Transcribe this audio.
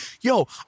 yo